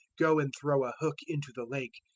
go and throw a hook into the lake,